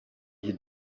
you